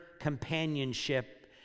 companionship